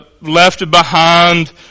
left-behind